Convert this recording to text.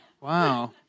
Wow